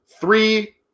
three